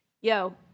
Yo